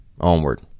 Onward